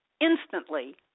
instantly